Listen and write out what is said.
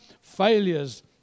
failures